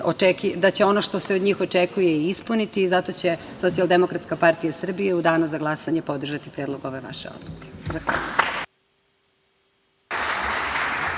da će ono što se od njih očekuje i ispuniti i zato će Socijaldemokratska partija Srbije u danu za glasanje podržati Predlog ove vaše odluke. Zahvaljujem.